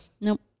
Nope